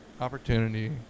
opportunity